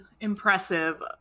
impressive